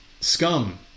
scum